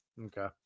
okay